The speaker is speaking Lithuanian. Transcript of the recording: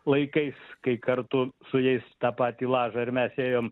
laikais kai kartu su jais į tą patį lažą ir mes ėjom